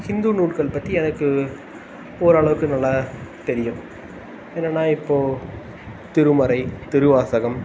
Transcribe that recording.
ஹிந்து நூட்கள் பற்றி எனக்கு ஓரளவுக்கு நல்லா தெரியும் என்னெனா இப்போ திருமறை திருவாசகம்